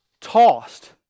tossed